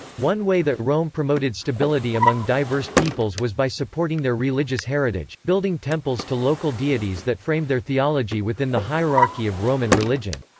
one way that rome promoted stability among diverse peoples peoples was by supporting their religious heritage, building temples to local deities that framed their theology within the hierarchy of roman religion.